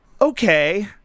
Okay